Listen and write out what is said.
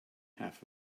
half